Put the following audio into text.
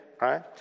right